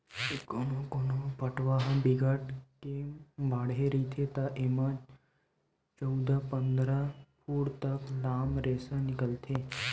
कोनो कोनो पटवा ह बिकट के बाड़हे रहिथे त एमा चउदा, पंदरा फूट तक लाम रेसा निकलथे